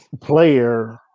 player